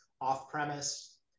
off-premise